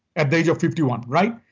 at the age of fifty one, right?